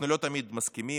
אנחנו לא תמיד מסכימים.